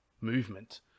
movement